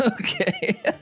Okay